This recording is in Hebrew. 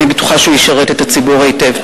אני בטוחה שהוא ישרת את הציבור היטב.